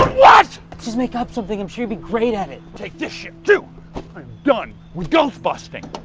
what? just make up something. i'm sure you'd be great at it. take this shit, too. i am done with ghost busting.